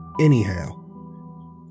Anyhow